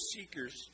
seekers